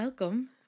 Welcome